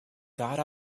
got